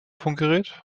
funkgerät